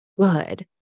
good